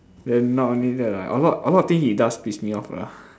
then not only that lah a lot a lot of thing he does piss me off lah